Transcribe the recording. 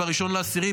ב-1 באוקטובר,